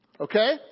okay